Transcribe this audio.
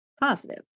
positive